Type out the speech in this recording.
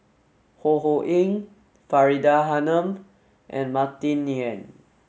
Ho Ho Ying Faridah Hanum and Martin Yan